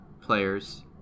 players